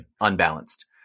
unbalanced